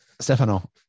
Stefano